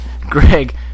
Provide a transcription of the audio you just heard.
Greg